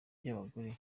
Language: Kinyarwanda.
by’abagore